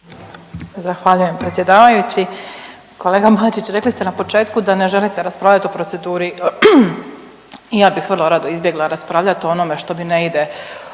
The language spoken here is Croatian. Zahvaljujem predsjedavajući. Kolega Bačić rekli na početku da ne želite raspravljati o proceduri i ja bih vrlo rado izbjegla raspravljati o onome što mi ne ide